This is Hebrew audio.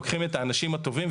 לוקחים את האנשים הטובים.